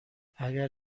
اگر